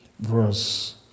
Verse